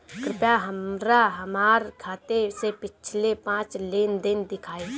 कृपया हमरा हमार खाते से पिछले पांच लेन देन दिखाइ